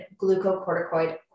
glucocorticoid